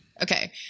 Okay